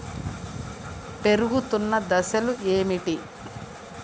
పెరుగుతున్న దశలు ఏమిటి?